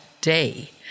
day